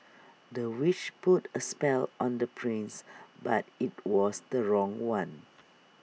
the witch put A spell on the prince but IT was the wrong one